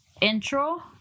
intro